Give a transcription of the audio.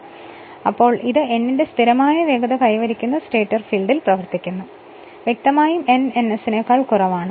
അതിനാൽ ഈ സാഹചര്യത്തിൽ ഇത് n ന്റെ സ്ഥിരമായ വേഗത കൈവരിക്കുന്ന സ്റ്റേറ്റർ ഫീൽഡിൽ പ്രവർത്തിക്കുന്നു വ്യക്തമായും n എന്നത് ns നേക്കാൾ കുറവാണ്